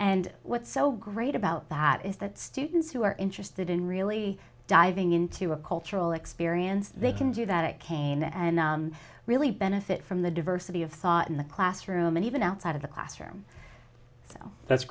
and what's so great about that is that students who are interested in really diving into a cultural experience they can do that kane and really benefit from the diversity of thought in the classroom and even outside of the classroom well that's